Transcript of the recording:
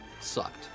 sucked